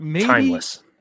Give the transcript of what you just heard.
Timeless